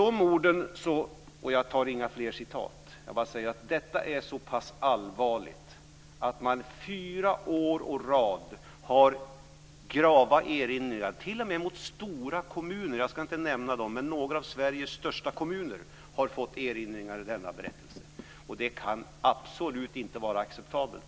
Jag anför inte några fler citat. Jag säger bara att detta är allvarligt att man fyra år i rad har haft grava erinringar t.o.m. mot stora kommuner. Jag ska inte nämna någon vid namn, men några av Sveriges största kommuner har fått erinringar i dessa berättelser. Detta kan absolut inte vara acceptabelt.